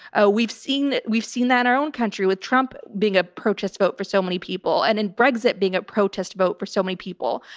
ah we've seen that, we've seen that in our own country with trump being a protest vote for so many people and in brexit being a protest vote for so many people.